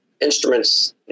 instruments